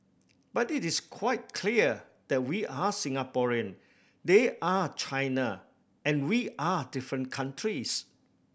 but it is quite clear that we are Singaporean they are China and we are different countries